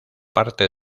parte